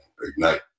ignite